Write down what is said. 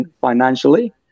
financially